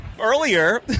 Earlier